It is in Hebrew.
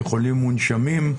של חולים מונשמים.